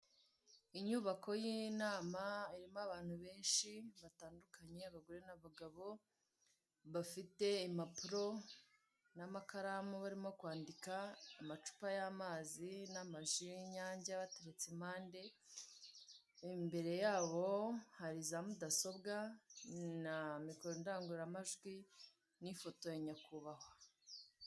Inyubako y'inama irimo abantu benshi batandukanye, abagore n'abagabo bafite impapuro n'amakaramu barimo kwandika, amacupa y'amazi n'amaji y'inyange abateretse impande, imbere yabo hari za mudasobwa na mikoro, indangururamajwi n'ifoto ya nyakubahwa.